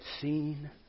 seen